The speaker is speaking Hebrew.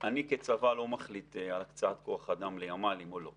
אני כצבא לא מחליט על הקצאת כוח אדם לימ"לים או לא.